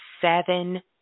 seven